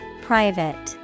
Private